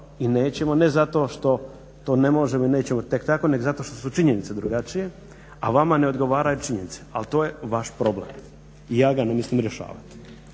i nećemo, ne zato što to ne možemo i nećemo tek tako nego zato što su činjenice drugačije, a vama ne odgovaraju činjenice ali to je vaš problem i ja ga ne mislim rješavati.